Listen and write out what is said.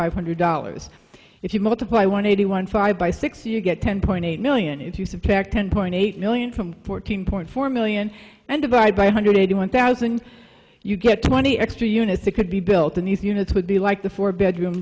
five hundred dollars if you multiply one eighty one five by six you get ten point eight million if you subtract ten point eight million from fourteen point four million and divide by a hundred eighty one thousand you get twenty extra units that could be built in these units would be like the four bedroom